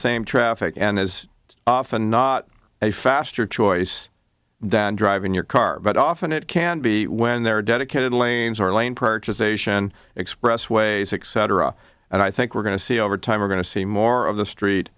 same traffic and as often not a faster choice than driving your car but often it can be when there are dedicated lanes or lane perches asian expressways accept and i think we're going to see over time we're going to see more of the street